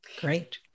Great